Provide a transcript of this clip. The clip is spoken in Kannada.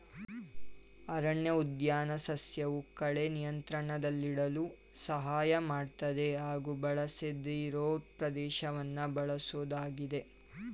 ಅರಣ್ಯಉದ್ಯಾನ ಸಸ್ಯವು ಕಳೆ ನಿಯಂತ್ರಣದಲ್ಲಿಡಲು ಸಹಾಯ ಮಾಡ್ತದೆ ಹಾಗೂ ಬಳಸದಿರೋ ಪ್ರದೇಶವನ್ನ ಬಳಸೋದಾಗಿದೆ